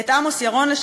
את עמוס ירון,